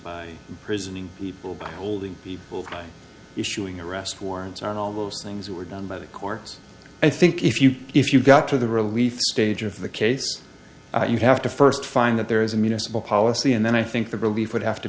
by prison and people by holding people issuing arrest warrants on all those things were done by the courts i think if you if you got to the relief stage of the case you have to first find that there is a municipal policy and then i think the relief would have to